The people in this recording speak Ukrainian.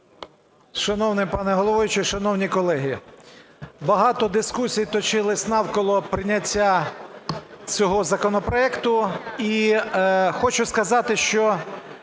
Шановний пане головуючий, шановні колеги, багато дискусій точилось навколо прийняття цього законопроекту. І хочу сказати, що